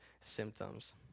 symptoms